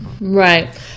right